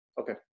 Okay